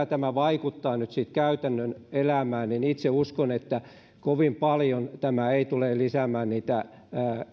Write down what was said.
tämä vaikuttaa nyt sitten käytännön elämään niin itse uskon että kovin paljon tämä ei tule lisäämään niitä